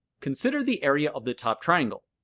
consider the area of the top triangle,